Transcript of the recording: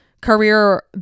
career